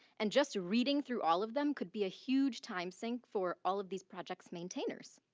and just reading through all of them could be a huge time sink for all of these projects maintainers.